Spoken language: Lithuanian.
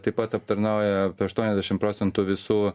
taip pat aptarnauja apie aštuoniasdešimt procentų visų